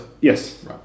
Yes